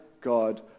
God